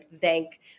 thank